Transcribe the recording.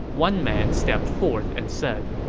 one man stepped forth and said,